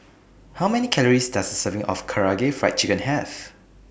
How Many Calories Does A Serving of Karaage Fried Chicken Have